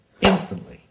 instantly